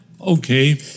okay